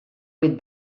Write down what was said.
with